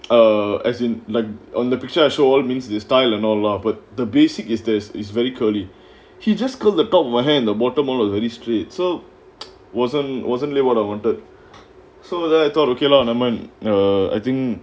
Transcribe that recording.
ah as in like on the process all means the style and all lah but the basic is this is very curly he just curled the top of my hair in the bottom all veru straight so wasn't wasn't what I wanted so then I thought okay lah never mind err I think